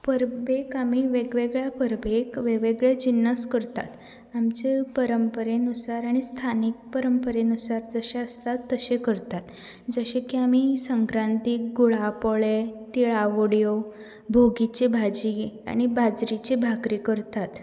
परबेक आमी वेगळ्या वेगळ्या परबेक वेग वेगळें जिनस करतात आमचे पंरपरेनुसार आनी स्थानीक परंपरे नुसार जशें आसतां तशें करतात जशें की आमी संक्रातीक गुळापोळे तिळावडयो भोगिची भाजी आनी बाजरिची भाजी करतात